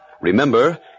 Remember